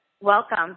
Welcome